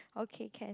okay can